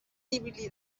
ibili